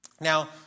Now